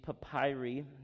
papyri